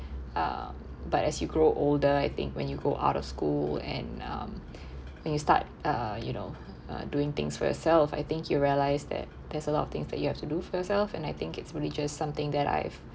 um but as you grow older I think when you go out of school and um when you start uh you know uh doing things for yourself I think you realize that there's a lot of things that you have to do for yourself and I think it's really just something that I've